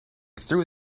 through